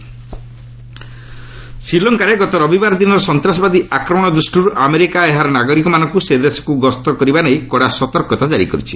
US Lanka travel ଶ୍ରୀଲଙ୍କାରେ ଗତ ରବିବାର ଦିନର ସନ୍ତାସବାଦୀ ଆକ୍ରମଣ ଦୃଷ୍ଟିର୍ ଆମେରିକା ଏହାର ନାଗରିକମାନଙ୍କୁ ସେଦେଶକୁ ଗସ୍ତ କରିବା ନେଇ କଡ଼ା ସତର୍କତା ଜାରି କରିଛି